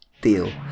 deal